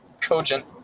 cogent